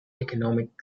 economic